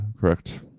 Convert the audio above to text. Correct